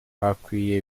hakwiye